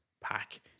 pack